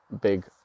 big